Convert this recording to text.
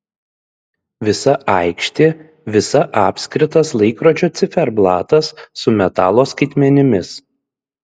visa aikštė visa apskritas laikrodžio ciferblatas su metalo skaitmenimis